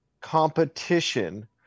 competition